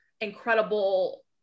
incredible